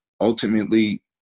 ultimately